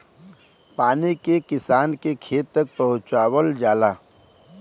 पानी के किसान के खेत तक पहुंचवाल जाला